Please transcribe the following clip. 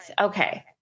Okay